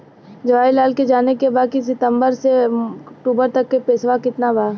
जवाहिर लाल के जाने के बा की सितंबर से अक्टूबर तक के पेसवा कितना बा?